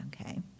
okay